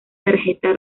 tarjeta